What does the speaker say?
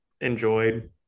enjoyed